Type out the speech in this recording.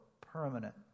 permanent